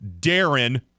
Darren